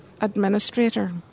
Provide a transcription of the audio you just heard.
administrator